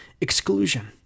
exclusion